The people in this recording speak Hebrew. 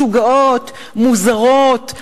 משוגעות, מוזרות.